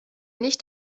nicht